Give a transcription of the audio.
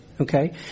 okay